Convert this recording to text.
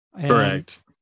Correct